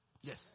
Yes